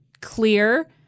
clear